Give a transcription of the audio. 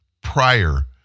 prior